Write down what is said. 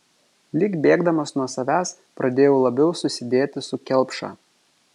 lyg bėgdamas nuo savęs pradėjo labiau susidėti su kelpša